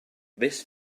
this